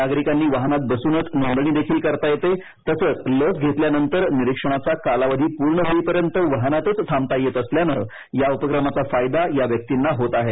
नागरिकांना वाहनात बसूनच नोंदणी देखील करता येते तसंच लस घेतल्यानंतर निरीक्षणाचा कालावधी पूर्ण होईपर्यंत वाहनातच थांबाता येत असल्याने या उपक्रमाचा फायदा या व्यक्तींना होत आहे